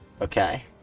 Okay